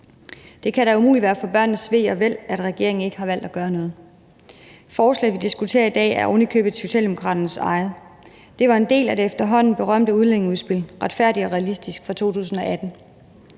Det kan da umuligt være for børnenes bedste, at regeringen ikke har valgt at gøre noget. Forslaget, vi diskuterer i dag, er ovenikøbet Socialdemokraternes eget. Det var en del af det efterhånden berømte udlændingeudspil »Retfærdig og realistisk« fra 2018.